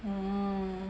orh